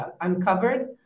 uncovered